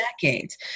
decades